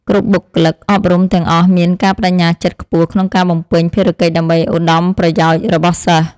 គ្រប់បុគ្គលិកអប់រំទាំងអស់មានការប្តេជ្ញាចិត្តខ្ពស់ក្នុងការបំពេញភារកិច្ចដើម្បីឧត្តមប្រយោជន៍របស់សិស្ស។